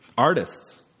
artists